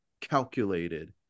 calculated